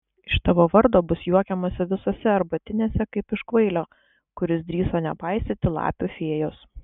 iš tavo vardo bus juokiamasi visose arbatinėse kaip iš kvailio kuris drįso nepaisyti lapių fėjos